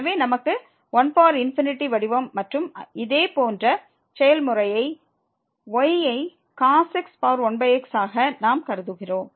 எனவே நமக்கு 1 வடிவம் மற்றும் இதே போன்ற செயல்முறையை y ஐ x 1x ஆக நாம் கருதுகிறோம்